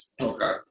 okay